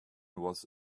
was